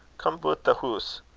come butt the hoose.